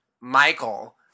Michael